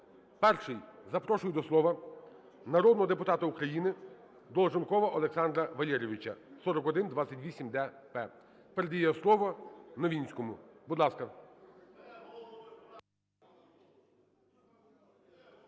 Перший. Запрошую до слова народного депутата України Долженкова Олександра Валерійовича, 4128-д-П. Передає слово Новинському. Будь ласка.